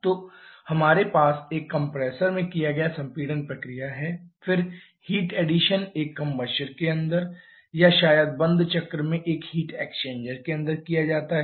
तो हमारे पास एक कंप्रेसर में किया गया संपीड़न प्रक्रिया है फिर हीट एडिशन एक कंबस्टर के अंदर या शायद बंद चक्र में एक हीट एक्सचेंजर के अंदर किया जाता है